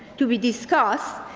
to be discussed,